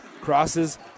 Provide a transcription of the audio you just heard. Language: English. Crosses